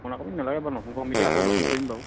পুৰণা কমিটি নালাগে বাৰু নতুন কমিটি আকৌ গঠন কৰিম বাৰু